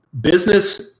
Business